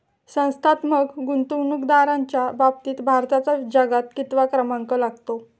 संस्थात्मक गुंतवणूकदारांच्या बाबतीत भारताचा जगात कितवा क्रमांक लागतो?